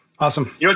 Awesome